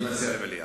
אני מציע לוועדה.